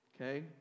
okay